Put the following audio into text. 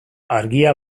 argia